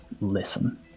listen